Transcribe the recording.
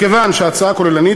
מכיוון שההצעה כוללנית,